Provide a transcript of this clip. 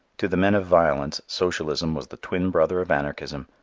to the men of violence, socialism was the twin brother of anarchism,